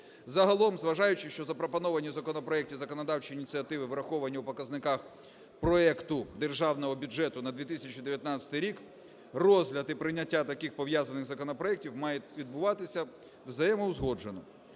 Загалом, зважаючи, що запропоновані в законопроекті законодавчі ініціативи враховані в показниках проекту Державного бюджету на 2019 рік, розгляд і прийняття таких пов'язаних законопроектів мають відбуватися взаємоузгоджено.